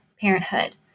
parenthood